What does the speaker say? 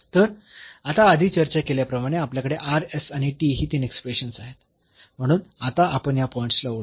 तर आता आधी चर्चा केल्याप्रमाणे आपल्याकडे आणि ही तीन एक्सप्रेशन्स आहेत म्हणून आता आपण या पॉईंट्सला ओळखू